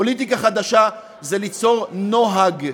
פוליטיקה חדשה זה ליצור נוהג,